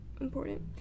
important